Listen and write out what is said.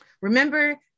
Remember